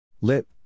Lip